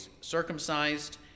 circumcised